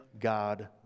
God